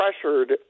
pressured –